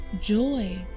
joy